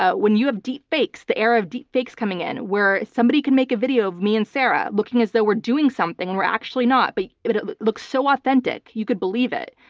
ah when you have deep fakes, the era of deep fakes coming in where somebody could make a video of me and sarah looking as though we're doing something and we're actually not, but it it looks so authentic, you could believe it.